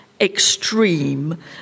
extreme